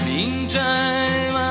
Meantime